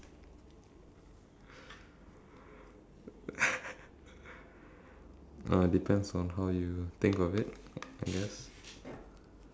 something that maybe even you are amazed by it just by the thought of it that you would actually be able to do it I guess